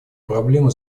проблемы